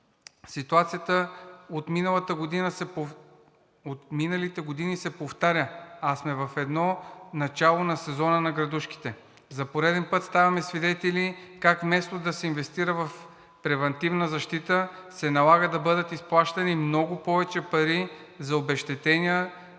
Ситуацията от миналите години се повтаря, а сме едва в самото начало на сезона на градушките. За пореден път ставаме свидетели как вместо да се инвестира в превантивна защита, се налага да бъдат изплащани много повече пари за обезщетения